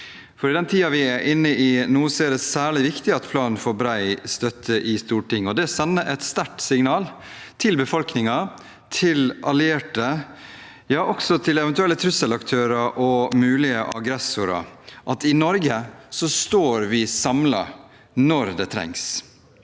I den tiden vi er inne i nå, er det særlig viktig at planen får bred støtte i Stortinget. Det sender et sterkt signal til befolkningen, til allierte – ja, også til eventuelle trusselaktører og mulige aggressorer – om at i Norge står vi samlet når det trengs.